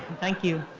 thank you.